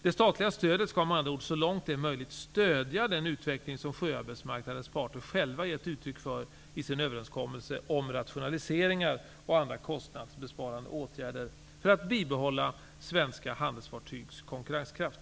Det statliga stödet skall med andra ord så långt det är möjligt stödja den utveckling som sjöarbetsmarknadens parter själva gett uttryck för i sin överenskommelse om rationaliseringar och andra kostnadsbesparande åtgärder för att bibehålla svenska handelsfartygs konkurrenskraft.